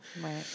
Right